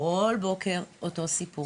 כל בוקר, אותו סיפור.